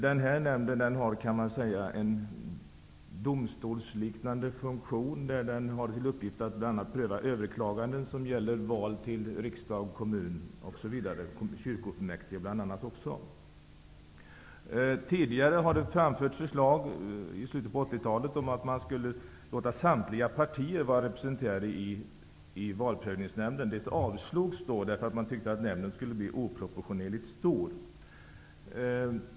Man kan säga att denna nämnd har en domstolsliknande funktion. Den har till uppgift att bl.a. pröva överklaganden som gäller val till riksdag, kommun, kyrkofullmäktige, osv. I slutet av 80-talet framfördes det förslag om att man skulle låta samtliga partier vara representerade i valprövningsnämnden. Detta förslag avslogs, eftersom man tyckte att nämnden skulle bli oproportionerligt stor.